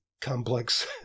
complex